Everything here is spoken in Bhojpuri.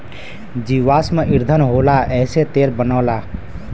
जीवाश्म ईधन होला एसे तेल बनला